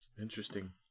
Interesting